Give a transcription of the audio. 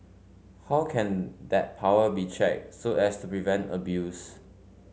how can that power be checked so as to prevent abuse